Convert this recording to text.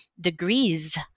Degrees